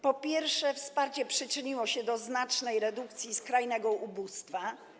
Po pierwsze, wsparcie przyczyniło się do znacznej redukcji skrajnego ubóstwa.